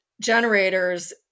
generators